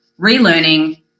relearning